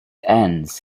ends